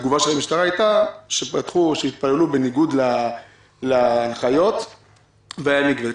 התגובה של המשטרה הייתה שהם התפללו בניגוד להנחיות והיה מקווה.